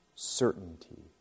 Certainty